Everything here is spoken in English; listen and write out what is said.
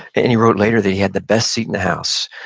and and he wrote later that he had the best seat in the house,